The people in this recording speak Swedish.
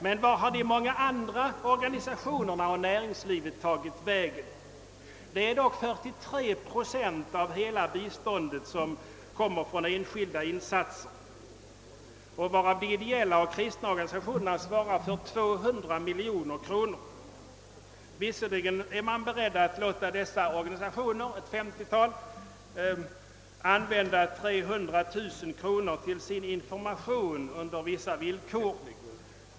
Men var har de många andra organisationerna och näringslivet tagit vägen? Det är dock 43 procent av hela biståndet som de enskilda insatserna svarar för, varav de kristna och ideella organisationerna bidrar med cirka 200 miljoner kronor. Visserligen är man beredd att låta dessa organisationer, ett femtiotal, använda 300 000 kronor till sin information under vissa villkor.